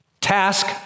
Task